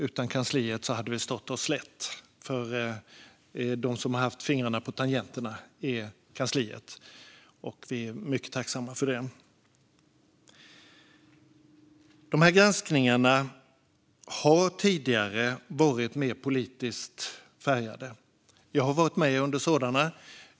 Utan kansliet hade vi stått oss slätt. De som har haft fingrarna på tangenterna är kansliet, och vi är mycket tacksamma för det. Granskningarna har tidigare varit mer politiskt färgade. Jag har varit med under sådana.